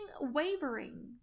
wavering